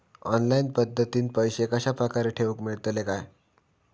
Online पद्धतीन पैसे कश्या प्रकारे ठेऊक मेळतले काय?